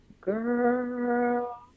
Girl